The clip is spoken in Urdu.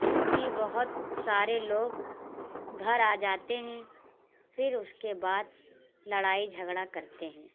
کیونکہ بہت سارے لوگ گھر آ جاتے ہیں پھر اس کے بعد لڑائی جھگڑا کرتے ہیں